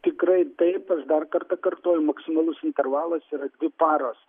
tikrai taip aš dar kartą kartoju maksimalus intervalas yra dvi paros